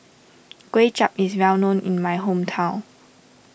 Kuay Chap is well known in my hometown